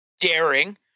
daring